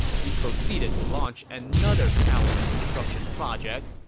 he proceeded to launch another palace construction project.